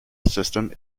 system